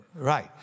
Right